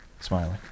smiling